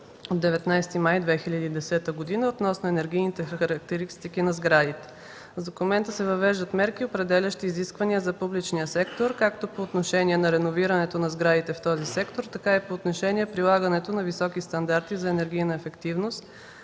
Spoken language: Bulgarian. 19 май 2010 г. относно енергийните характеристики на сградите. С документа се въвеждат мерки, определящи изисквания за публичния сектор, както по отношение на реновирането на сградите в този сектор, така и по отношение прилагането на високи стандарти за енергийна ефективност